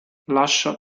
lascia